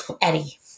Eddie